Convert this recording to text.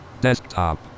desktop